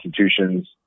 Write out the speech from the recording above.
institutions